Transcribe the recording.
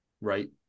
right